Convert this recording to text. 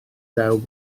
ddaw